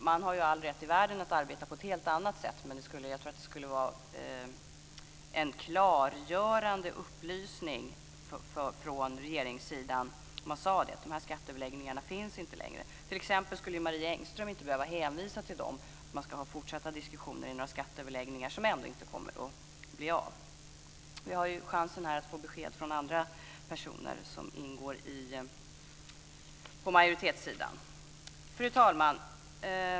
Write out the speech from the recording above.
Man har all rätt i världen att arbeta på ett helt annat sätt, men jag tror att det skulle vara en klargörande upplysning från regeringen om man sade att skatteöverläggningarna inte längre finns. Marie Engström skulle t.ex. inte behöva hänvisa till dem, till att man ska ha fortsatta diskussioner i några skatteöverläggningar som ändå inte kommer att bli av. Vi har ju chansen här att få besked från andra personer på majoritetssidan. Fru talman!